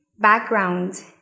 background